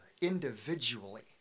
individually